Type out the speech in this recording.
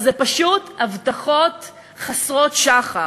אז אלה פשוט הבטחות חסרות שחר.